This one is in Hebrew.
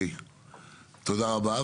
תודה רבה.